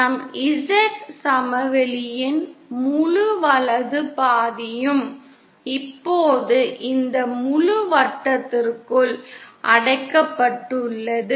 நம் Z சமவெளியின் முழு வலது பாதியும் இப்போது இந்த முழு வட்டத்திற்குள் அடைக்கப்பட்டுள்ளது